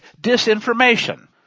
disinformation